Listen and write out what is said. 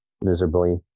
miserably